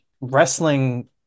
wrestling